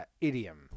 Idiom